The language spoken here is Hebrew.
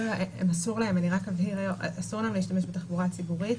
אני רק אבהיר, אסור להם להשתמש בתחבורה הציבורית.